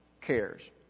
cares